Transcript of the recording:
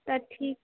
তা ঠিক